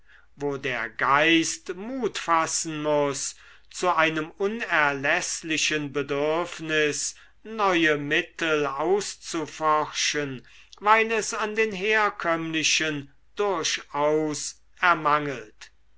wo der geist mut fassen muß zu einem unerläßlichen bedürfnis neue mittel auszuforschen weil es an den herkömmlichen durchaus ermangelt